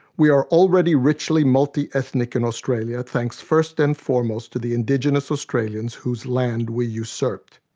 we are already richly multiethnic in australia, thanks first and foremost to the indigenous australians whose land we usurped.